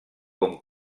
com